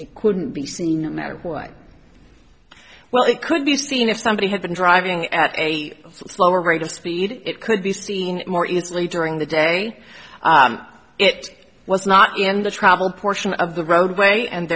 that couldn't be seen or met a boy well it could be seen if somebody had been driving at a slower rate of speed it could be seen more easily during the day it was not in the travel portion of the roadway and